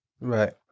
right